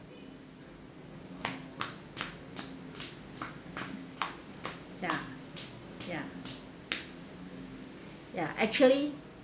ya ya ya actually